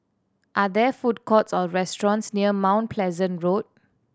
are there food courts or restaurants near Mount Pleasant Road